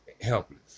helpless